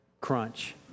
crunch